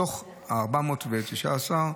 מתוך ה-419,